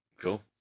Cool